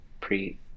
pre